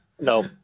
no